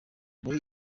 muri